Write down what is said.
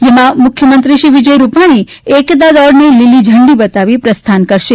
તેમાં મુખ્યમંત્રી શ્રી વિજય રૂપાણી એકતા દોડને લીલી ઝંડી બતાવી પ્રસ્થાન કરાવશે